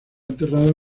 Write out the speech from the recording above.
enterrado